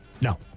no